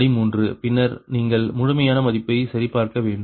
படி 3 பின்னர் நீங்கள் முழுமையான மதிப்பை சரிபார்க்க வேண்டும்